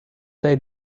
say